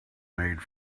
made